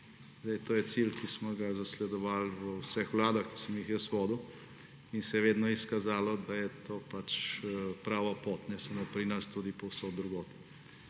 To je cilj, ki smo ga zasledovali v vseh vladah, ki sem jih jaz vodil, in se je vedno izkazalo, da je to prava pot, ne samo pri nas, tudi povsod drugod.